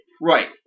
Right